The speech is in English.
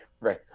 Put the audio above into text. right